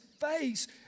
face